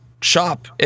shop